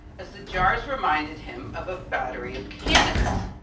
as the jars reminded him of a battery of cannons.